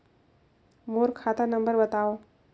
मोर खाता नम्बर बताव?